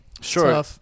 sure